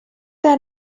der